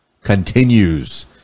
continues